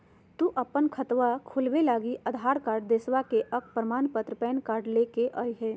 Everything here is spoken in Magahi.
तू अपन खतवा खोलवे लागी आधार कार्ड, दसवां के अक प्रमाण पत्र, पैन कार्ड ले के अइह